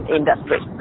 industry